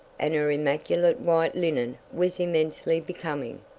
and her immaculate white linen was immensely becoming.